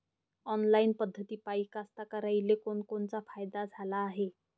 Online पद्धतीपायी कास्तकाराइले कोनकोनचा फायदा झाला हाये?